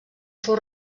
fou